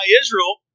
Israel